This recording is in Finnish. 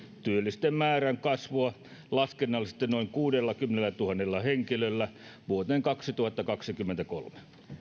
työllisten määrän kasvua laskennallisesti noin kuudellakymmenellätuhannella henkilöllä vuoteen kaksituhattakaksikymmentäkolme